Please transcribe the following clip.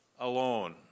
alone